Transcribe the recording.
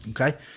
Okay